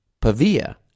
Pavia